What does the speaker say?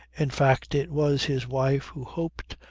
in fact it was his wife who hoped,